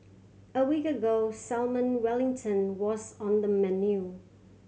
a week ago Salmon Wellington was on the menu